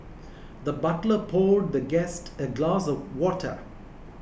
the butler poured the guest a glass of water